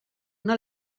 una